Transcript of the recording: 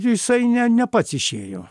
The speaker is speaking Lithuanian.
jisai ne ne pats išėjo